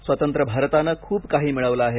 स्वतंत्र भारताने खूप काही मिळवले आहे